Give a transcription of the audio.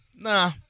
nah